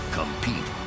compete